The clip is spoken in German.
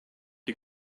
die